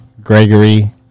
Gregory